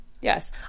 Yes